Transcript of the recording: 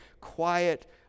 quiet